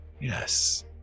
yes